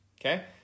okay